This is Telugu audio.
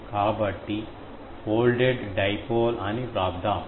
కాబట్టి ఫోల్డెడ్ డైపోల్ అని వ్రాద్దాం